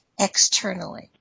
externally